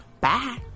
Bye